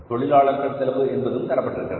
தொழிலாளர் செலவு என்பதும் தரப்பட்டிருக்கிறது